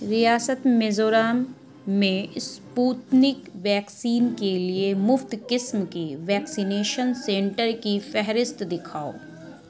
ریاست میزورم میں Sputnik vaccine کے لیے مفت قسم کی ویکسینیشن سنٹر کی فہرست دکھاؤ